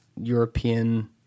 European